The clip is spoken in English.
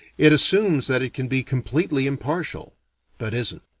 it assumes that it can be completely impartial but isn't.